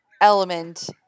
element